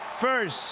first